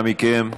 אנא מכם,